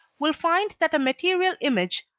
will find that a material image,